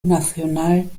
nacional